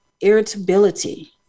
irritability